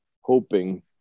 hoping